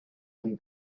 them